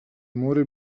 more